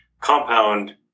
compound